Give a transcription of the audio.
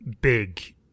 big